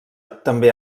també